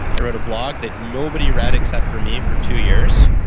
i wrote a blog that nobody read except for me for two years.